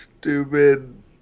Stupid